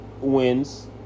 wins